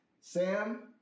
Sam